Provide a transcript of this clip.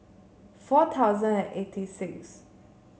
four thousand and eighty sixth